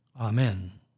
Amen